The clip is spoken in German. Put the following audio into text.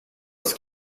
das